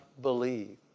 believe